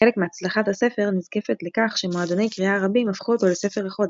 חלק מהצלחת הספר נזקפת לכך שמועדוני קריאה רבים הפכו אותו ל"ספר החודש".